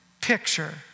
picture